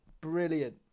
brilliant